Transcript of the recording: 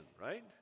right